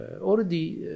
already